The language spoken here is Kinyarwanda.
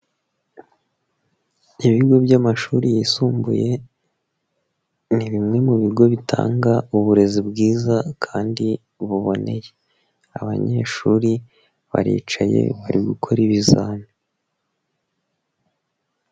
Ibigo by'amashuri yisumbuye, ni bimwe mu bigo bitanga uburezi bwiza kandi buboneye. Abanyeshuri baricaye bari gukora ibizami.